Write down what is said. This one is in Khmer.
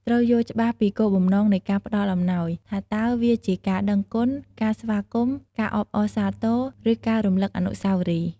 ត្រូវយល់ច្បាស់ពីគោលបំណងនៃការផ្តល់អំណោយ ថាតើវាជាការដឹងគុណ ការស្វាគមន៍ ការអបអរសាទរ ឬការរំលឹកអនុស្សាវរីយ៍។